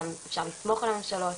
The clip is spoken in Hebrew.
שאפשר לסמוך על הממשלות.